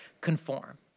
conform